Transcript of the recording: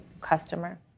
customer